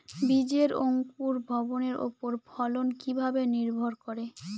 বীজের অঙ্কুর ভবনের ওপর ফলন কিভাবে নির্ভর করে?